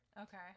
Okay